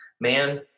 man